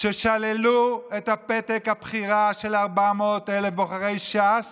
שללו את פתק הבחירה של 400,000 בוחרי ש"ס